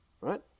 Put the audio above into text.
Right